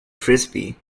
frisbee